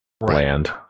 land